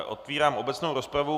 Otvírám obecnou rozpravu.